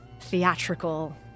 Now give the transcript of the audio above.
theatrical